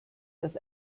das